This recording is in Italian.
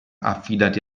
affidati